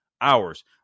hours